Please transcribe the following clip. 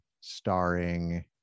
starring